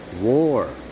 war